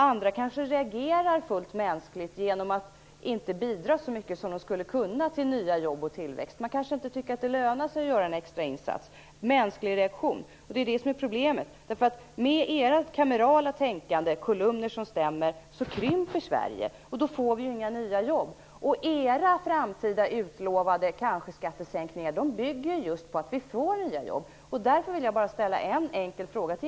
Andra kanske reagerar fullt mänskligt genom att inte bidra så mycket till nya jobb och tillväxt som de skulle kunna. Man kanske inte tycker att det lönar sig att göra en extra insats. Det är en mänsklig reaktion. Det är det som är problemet. Med ert kamerala tänkande, med kolumner som stämmer, krymper Sverige, och då får vi inga nya jobb. Era framtida utlovade kanske-skattesänkningar bygger ju just på att vi får nya jobb. Därför vill jag bara ställa en enkel fråga till